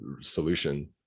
solution